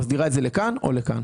חקיקה שמסדירה את זה לכאן או לכאן.